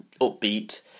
upbeat